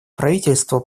правительство